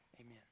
Amen